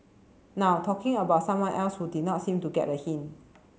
now talking about someone else who did not seem to get a hint